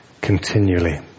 continually